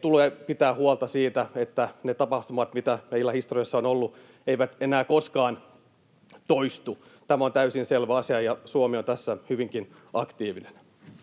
tulee pitää huolta siitä, että ne tapahtumat, mitä meillä historiassa on ollut, eivät enää koskaan toistu. Tämä on täysin selvä asia, ja Suomi on tässä hyvinkin aktiivinen.